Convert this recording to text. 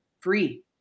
free